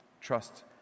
Trust